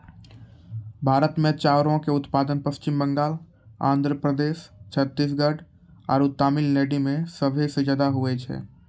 भारत मे चाउरो के उत्पादन पश्चिम बंगाल, आंध्र प्रदेश, छत्तीसगढ़ आरु तमिलनाडु मे सभे से ज्यादा होय छै